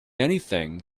anything